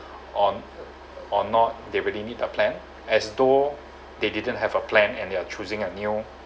on or not they really need a plan as though they didn't have a plan and they're choosing a new